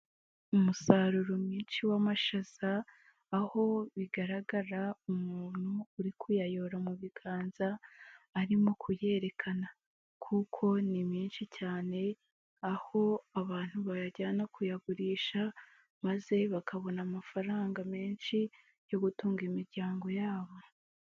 Umusaruro mwinshi w'amashaza, aho bigaragara umuntu uri kuyayora mu biganza arimo kuyerekana kuko ni menshi cyane, aho abantu bayajyana kuyagurisha maze bakabona amafaranga menshi yo gutunga imiryango yabo.